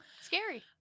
Scary